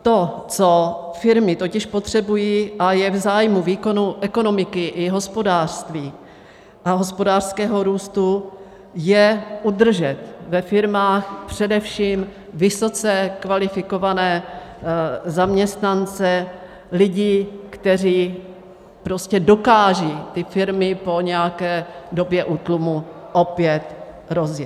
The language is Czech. To, co firmy totiž potřebují a co je v zájmu výkonu ekonomiky i hospodářství a hospodářského růstu, je udržet ve firmách především vysoce kvalifikované zaměstnance, lidi, kteří prostě dokážou ty firmy po nějaké době útlumu opět rozjet.